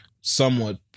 somewhat